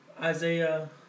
Isaiah